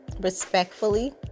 respectfully